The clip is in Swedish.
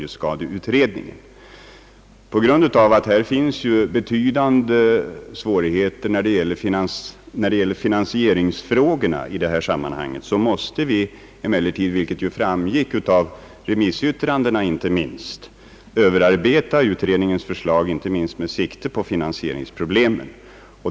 Eftersom det föreligger betydande svårigheter i samband med finansieringsfrågorna i detta sammanhang måste vi emellertid, vilket inte minst framgick av remissyttrandena, överarbeta utredningens förslag bl.a. med sikte på finansieringsproblemen.